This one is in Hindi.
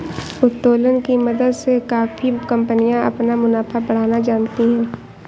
उत्तोलन की मदद से काफी कंपनियां अपना मुनाफा बढ़ाना जानती हैं